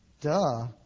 Duh